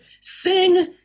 sing